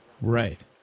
Right